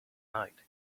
night